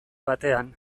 batean